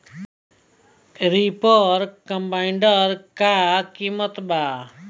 Reaper कम्बाइंडर का किमत बा?